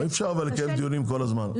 אבל אי אפשר לקיים דיונים כל הזמן.